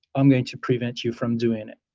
i'm going to prevent you from doing it.